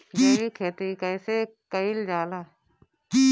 जैविक खेती कईसे कईल जाला?